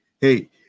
Hey